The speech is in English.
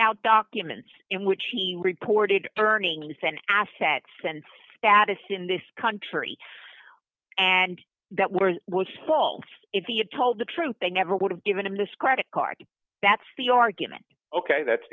out documents in which he reported earnings and assets and status in this country and that were was false if he had told the truth they never would have given him this credit card that's the argument ok that's